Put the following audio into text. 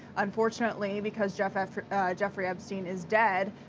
unfortunately, because jeffrey jeffrey epstein is dead,